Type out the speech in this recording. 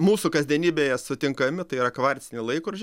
mūsų kasdienybėje sutinkami tai yra kvarciniai laikrodžiai